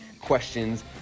questions